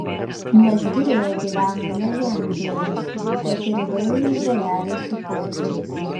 nes girioje gyveno ne vien fėjos bet ir įvairūs žvėreliai su paukščiais